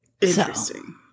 Interesting